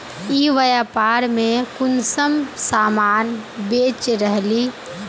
ई व्यापार में कुंसम सामान बेच रहली?